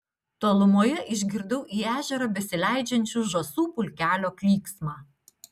tolumoje išgirdau į ežerą besileidžiančių žąsų pulkelio klyksmą